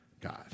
God